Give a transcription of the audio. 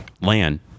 land